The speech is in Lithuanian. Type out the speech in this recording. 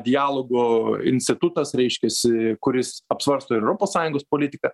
dialogo institutas reiškiasi kuris apsvarsto ir europos sąjungos politiką